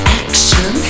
action